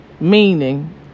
Meaning